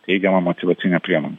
teigiama motyvacinė priemonė